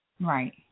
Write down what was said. Right